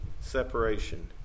separation